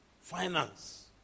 finance